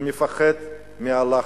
הוא מפחד מהלחץ.